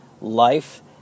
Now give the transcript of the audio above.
life